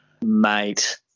Mate